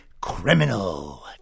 criminal